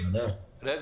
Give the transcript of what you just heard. בוקר אור.